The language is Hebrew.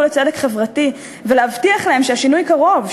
לצדק חברתי ולהבטיח להם שהשינוי קרוב,